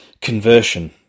conversion